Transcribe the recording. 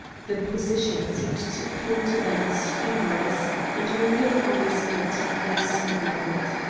the position seemed to appeal to them as humorous, and, when their eyes met, they smiled.